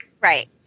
Right